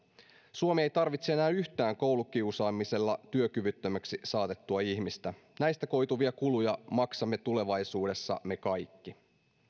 suomi ei tarvitse enää yhtään koulukiusaamisella työkyvyttömäksi saatettua ihmistä näistä koituvia kuluja maksamme tulevaisuudessa me kaikki